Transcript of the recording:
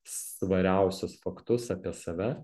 svariausius faktus apie save